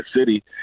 city